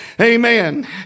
Amen